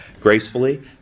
gracefully